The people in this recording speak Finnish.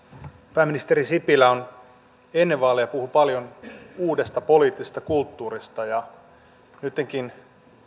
pääministeri sipilä ennen vaaleja puhui paljon uudesta poliittisesta kulttuurista ja nyttenkin